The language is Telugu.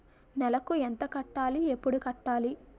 నెలకు ఎంత కట్టాలి? ఎప్పుడు కట్టాలి?